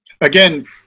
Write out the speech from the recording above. again